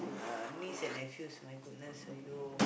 uh niece and nephews my goodness !aiyo!